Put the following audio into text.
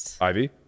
Ivy